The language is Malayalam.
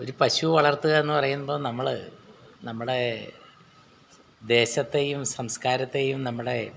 ഒരു പശുവളർത്തുക എന്ന് പറയുമ്പോൾ നമ്മൾ നമ്മുടെ ദേശത്തേയും സംസ്കാരത്തേയും നമ്മുടെ